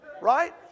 Right